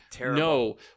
no